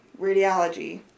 radiology